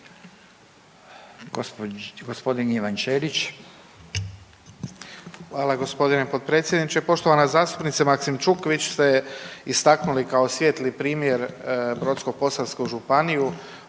Hvala g. potpredsjedniče. Poštovana zastupnice Maksimčuk, vi ste istaknuli kao svijetli primjer Brodsko-posavsku županiju